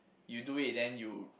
you do it then you